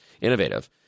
innovative